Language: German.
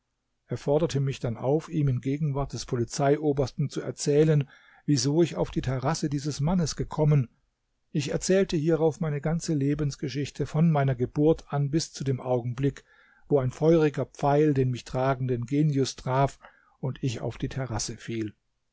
er forderte mich dann auf ihm in gegenwart des polizeiobersten zu erzählen wieso ich auf die terrasse dieses mannes gekommen ich erzählte hierauf meine ganze lebensgeschichte von meiner geburt an bis zu dem augenblick wo ein feuriger pfeil den mich tragenden genius traf und ich auf die terrasse fiel